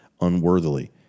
unworthily